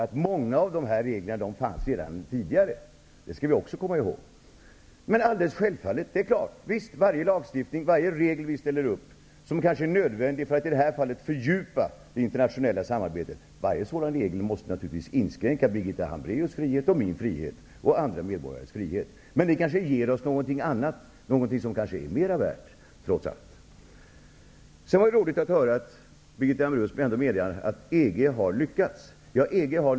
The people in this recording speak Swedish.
Men många av reglerna har funnits redan sedan tidigare. Det skall vi också komma ihåg. Visst, varje lagstiftning och regel, som kanske är nödvändig för att fördjupa det internationella samarbetet, måste naturligtvis inskränka Birgitta Hambraeus, min och andra medborgares frihet. Men det kanske ger oss något som kan vara mer värt. Det var roligt att höra Birgitta Hambraeus ändå medge att EG har lyckats.